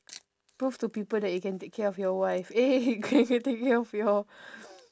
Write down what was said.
prove to people that you can take care of your wife eh take care of your